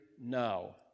now